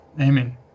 Amen